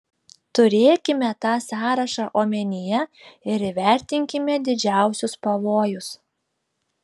turėkime tą sąrašą omenyje ir įvertinkime didžiausius pavojus